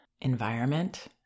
environment